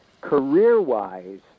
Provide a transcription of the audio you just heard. career-wise